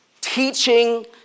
teaching